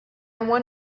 won